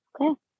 okay